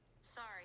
Sorry